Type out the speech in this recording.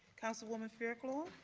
councilwoman fairclough.